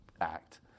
Act